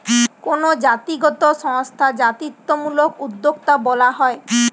কোনো জাতিগত সংস্থা জাতিত্বমূলক উদ্যোক্তা বলা হয়